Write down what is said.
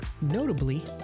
Notably